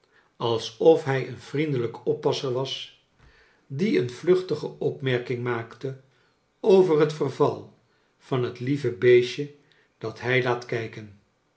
alsof hij een vriendelijke oppasser was die een vluchtige opmerkiug maakte over het verval van het lieve beestje dat hij laat kijken